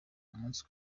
umunsi